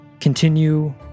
Continue